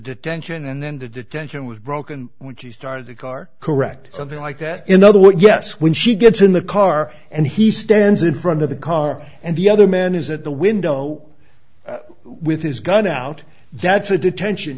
detention and then the detention was broken when she started the car correct something like that in other words yes when she gets in the car and he stands in front of the car and the other man is at the window with his gun out that's a detention